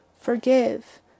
Forgive